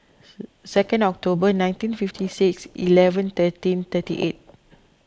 second October nineteen fifty six eleven thirteen thirty eight